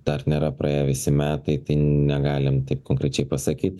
dar nėra praėję visi metai tai negalim taip konkrečiai pasakyt